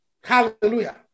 Hallelujah